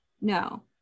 No